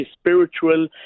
spiritual